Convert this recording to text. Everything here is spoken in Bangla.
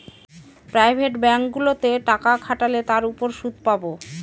প্রাইভেট ব্যাঙ্কগুলোতে টাকা খাটালে তার উপর সুদ পাবো